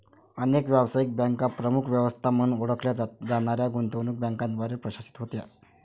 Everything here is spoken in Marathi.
अनेक व्यावसायिक बँका प्रमुख व्यवस्था म्हणून ओळखल्या जाणाऱ्या गुंतवणूक बँकांद्वारे प्रशासित होत्या